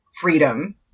freedom